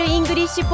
English